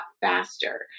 faster